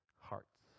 hearts